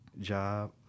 job